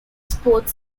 sports